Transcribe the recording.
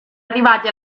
arrivati